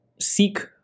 seek